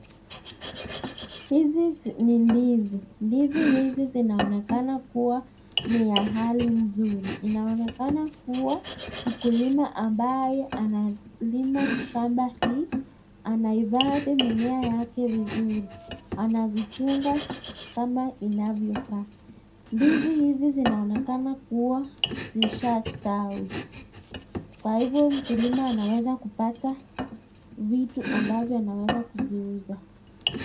Hizi ni ndizi , ndizi hizi zinaonekana kuwa ni ya hali nzuri , inaonekana kuwa mkulima ambaye analima shamba hii anahifathi mimea yake vizuri anazichunga kama inavyofaa , ndizi hizi zinaonekana kuwa zidlshastawi kwa hivo mkulima anaweza kupata vitu ambazo anaweza kuziuza.